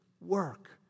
work